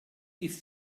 ist